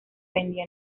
vendía